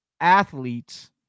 athletes